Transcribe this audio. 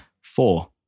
Four